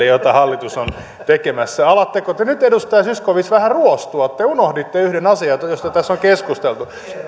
joita hallitus on tekemässä alatteko te nyt edustaja zyskowicz vähän ruostua te unohditte yhden asian josta tässä on keskusteltu